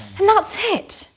and that's it.